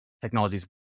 technologies